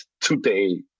today